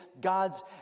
God's